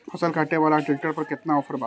फसल काटे वाला ट्रैक्टर पर केतना ऑफर बा?